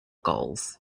gulls